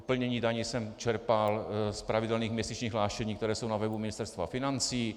Plnění daní jsem čerpal z pravidelných měsíčních hlášení, která jsou na webu Ministerstva financí.